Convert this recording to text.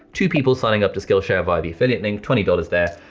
two people signed up to skillshare by the affiliate link, twenty dollars there.